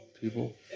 people